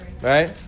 right